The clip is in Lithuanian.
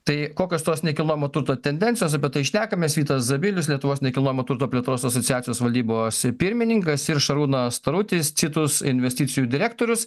tai kokios tos nekilnojamo turto tendencijos apie tai šnekamės vytas zabilius lietuvos nekilnojamo turto plėtros asociacijos valdybos pirmininkas ir šarūnas tarutis citus investicijų direktorius